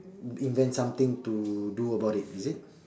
invent something to do about it is it